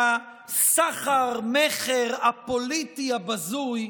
מהסחר-מכר הפוליטי הבזוי,